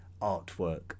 artwork